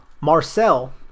Marcel